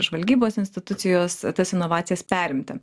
žvalgybos institucijos tas inovacijas perimti